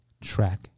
track